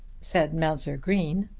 said mounser green,